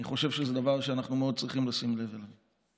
אני חושב שזה דבר שאנחנו צריכים מאוד לשים לב אליו.